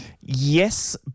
Yes